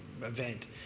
event